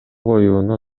коюуну